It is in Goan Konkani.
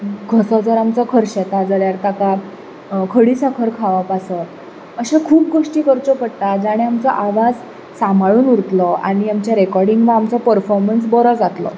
घसो जर आमचो खर्शेता जाल्यार ताका खडी साकर खावप आसत अशें खूब गोश्टी करच्यो पडटात जाणी आमचो आवाज सांबाळून उरतलो आनी आमचें रॅकोर्डिंग वा आमचो पर्फोमन्स बरो जातलो